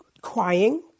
crying